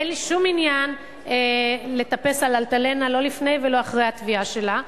אין לי שום עניין לטפס על "אלטלנה" לא לפני ולא אחרי הטביעה שלה,